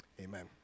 amen